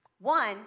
One